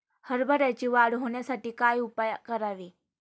हरभऱ्याची वाढ होण्यासाठी काय उपाय करावे?